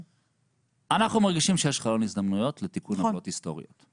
אנחנו מרגישים שיש חלון הזדמנויות לתיקון עוולות היסטוריות.